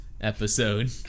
episode